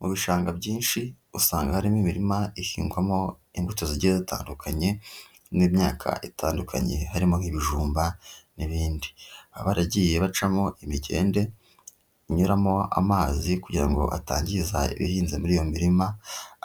Mu bishanga byinshi usanga harimo imirima ihingwamo imbuto zigiye zitandukanye n'imyaka itandukanye, harimo nk'ibijumba n'ibindi baba baragiye bacamo imigende inyuramo amazi kugira ngo atangiza ibihinze muri iyo mirima